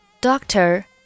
Doctor